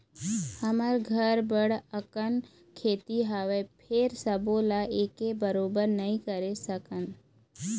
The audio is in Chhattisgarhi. हमर घर बड़ अकन खेती हवय, फेर सबो ल एके बरोबर नइ करे सकन